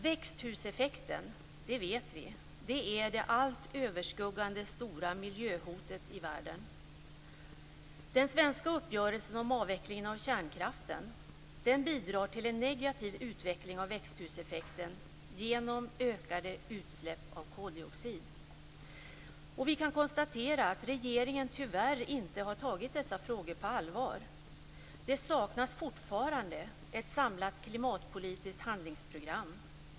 Växthuseffekten - det vet vi - är det allt överskuggande stora miljöhotet i världen. Den svenska uppgörelsen om avvecklingen av kärnkraften bidrar till en negativ utveckling av växthuseffekten genom ökade utsläpp av koldioxid. Vi kan konstatera att regeringen tyvärr inte har tagit dessa frågor på allvar. Det saknas fortfarande ett samlat klimatpolitiskt handlingsprogram.